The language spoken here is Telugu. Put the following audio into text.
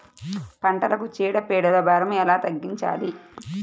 పంటలకు చీడ పీడల భారం ఎలా తగ్గించాలి?